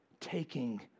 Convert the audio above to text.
taking